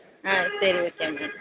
ஆ சரி okay madam